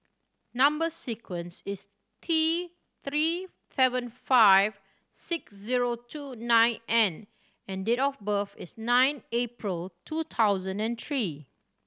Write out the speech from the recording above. number sequence is T Three seven five six zero two nine N and date of birth is nine April two thousand and three